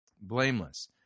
Blameless